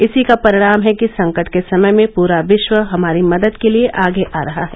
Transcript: इसी का परिणाम है कि संकट के इस समय में पूरा विश्व हमारी मदद के लिये आगे आ रहा है